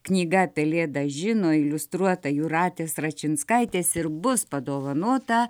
knyga pelėda žino iliustruota jūratės račinskaitės ir bus padovanota